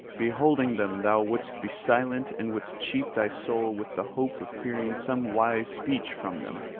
beholding them thou wouldst be silent and wouldst cheat thy soul with the hope of hearing some wise speech from them,